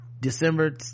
December